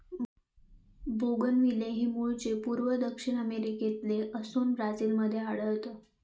bougainvillea हे मूळचे पूर्व दक्षिण अमेरिकेतले असोन ब्राझील मध्ये आढळता